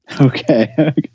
Okay